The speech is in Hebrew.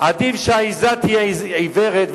עדיף שהעיזה תהיה עיוורת,